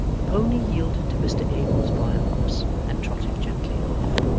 the pony yielded to mr abel's mildness, and trotted gently off.